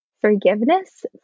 forgiveness